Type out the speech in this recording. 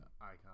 icon